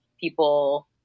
people